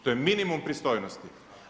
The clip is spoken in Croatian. To je minimum pristojnosti.